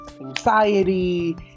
anxiety